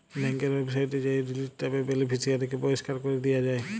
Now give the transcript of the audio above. ব্যাংকের ওয়েবসাইটে যাঁয়ে ডিলিট ট্যাবে বেলিফিসিয়ারিকে পরিষ্কার ক্যরে দিয়া যায়